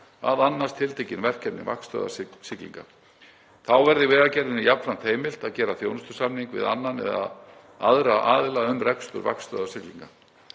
að annast tiltekin verkefni vaktstöðvar siglinga. Þá verður Vegagerðinni jafnframt heimilt að gera þjónustusamning við annan eða aðra aðila um rekstur vaktstöðvar siglinga.